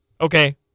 okay